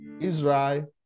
Israel